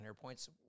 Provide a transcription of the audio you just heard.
points